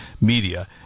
Media